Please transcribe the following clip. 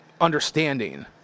understanding